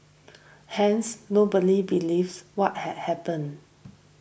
hence nobody believes what had happened